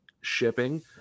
shipping